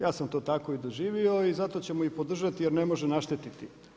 Ja sam to tako i doživio i zato ćemo i podržati jer ne može naštetiti.